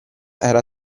era